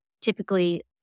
typically